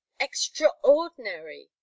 extraordinary